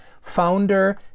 founder